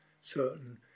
certain